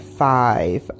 five